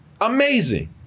amazing